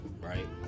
right